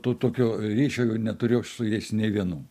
to tokio ryšio jau neturėjau su jais nei vienu